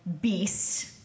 beast